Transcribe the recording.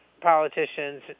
politicians